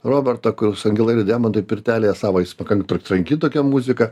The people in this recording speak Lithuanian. robertą kurs angelai vedena toj pirtelėje savo jis pakankamai tranki tokia muzika